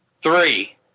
Three